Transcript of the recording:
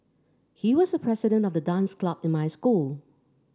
he was the president of the dance club in my school